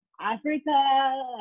Africa